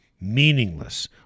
meaningless